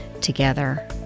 together